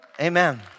amen